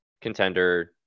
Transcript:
contender